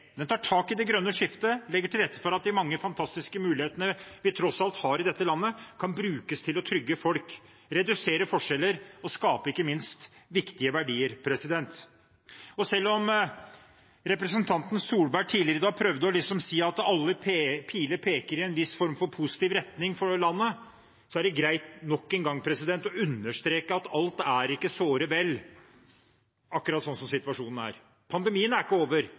Den tar tak i det grønne skiftet og legger til rette for at de mange fantastiske mulighetene vi tross alt har i dette landet, kan brukes til å trygge folk, redusere forskjeller og ikke minst skape viktige verdier. Selv om representanten Solberg tidligere i dag prøvde å si at alle piler peker i en viss form for positiv retning for landet, er det greit nok en gang å understreke at alt er ikke såre vel akkurat sånn som situasjonen er. Pandemien er ikke over,